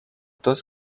dos